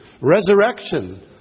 resurrection